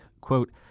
Quote